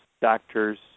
doctors